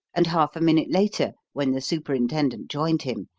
and half a minute later, when the superintendent joined him,